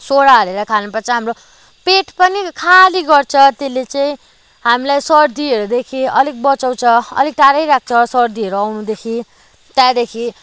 soda हालेर खानुपर्छ हाम्रो पेट पनि खाली गर्छ त्यसले चाहिँ हामीलाई सर्दीहरूदेखि अलिक बचाउँछ अलिक टाढै राख्छ सर्दीहरू आउनुदेखि त्यहाँदेखि